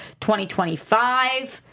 2025